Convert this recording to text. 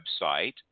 website